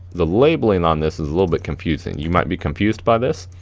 the labeling on this is a little bit confusing. you might be confused by this.